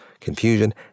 confusion